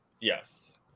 Yes